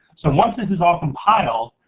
so once this is all compiled,